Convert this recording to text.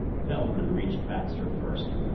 feldman reached baxter first.